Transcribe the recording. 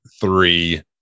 three